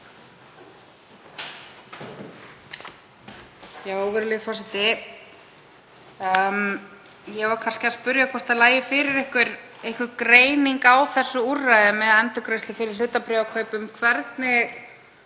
Virðulegi forseti. Ég var kannski að spyrja hvort það lægi fyrir einhver greining á þessu úrræði með endurgreiðslu fyrir hlutabréfakaup og hvernig